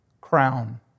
crown